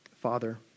Father